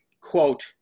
quote